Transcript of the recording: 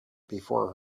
before